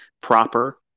proper